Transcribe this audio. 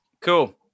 cool